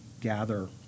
gather